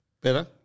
Better